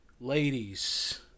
Ladies